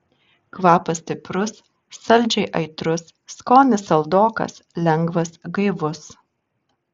kvapas stiprus saldžiai aitrus skonis saldokas lengvas gaivus